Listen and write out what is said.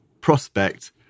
prospect